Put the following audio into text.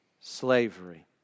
slavery